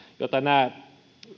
jota nämä